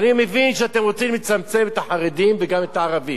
אני מבין שאתם רוצים לצמצם את החרדים וגם את הערבים.